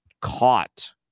caught